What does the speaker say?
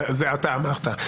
זה אתה אמרת.